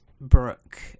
brooke